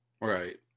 right